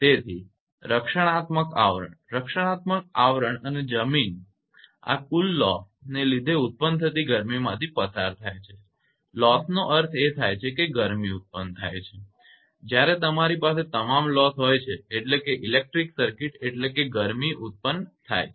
તેથી રક્ષણાત્મક આવરણ રક્ષણાત્મક આવરણ અને જમીન આ કુલ લોસનુકસાનને લીધે ઉત્પન્ન થતી ગરમીમાંથી પસાર થાય છે લોસનુકસાનનો અર્થ એ થાય છે કે ગરમી ઉત્પન્ન થાય છે જ્યારે તમારી પાસે તમામ લોસ હોય છે એટલેકે ઇલેક્ટ્રિકલ સર્કિટ એટલેકે ગરમી ઉત્પન્ન થાય છે